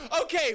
Okay